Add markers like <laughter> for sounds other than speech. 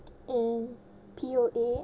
<noise> in P_O_A